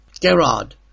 Gerard